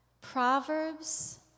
Proverbs